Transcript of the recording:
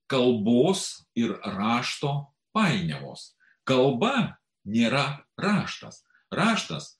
kalbos ir rašto painiavos kalba nėra raštas raštas